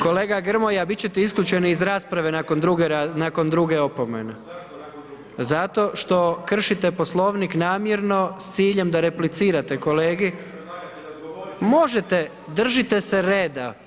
Kolega Grmoja bit ćete isključeni iz rasprave nakon druge opomene. … [[Upadica se ne razumije.]] Zato što kršite Poslovnik namjerno s ciljem da replicirate kolegi. … [[Upadica se ne razumije.]] Možete, držite se reda.